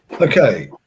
Okay